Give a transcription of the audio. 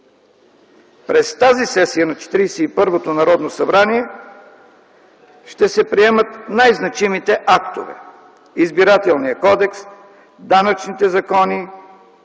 През тази сесия на 41-то Народно събрание ще се приемат най-значимите актове – Избирателният кодекс, данъчните закони